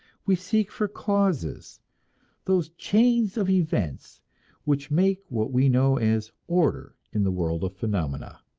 we seek for causes those chains of events which make what we know as order in the world of phenomena.